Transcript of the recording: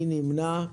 מי נמנע?